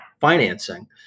financing